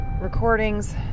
recordings